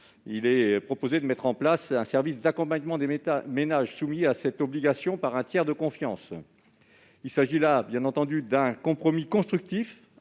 ainsi proposé de mettre en place un service d'accompagnement des ménages soumis à cette obligation par un tiers de confiance. Il s'agit là d'un compromis constructif